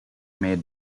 made